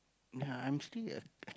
ah I'm still a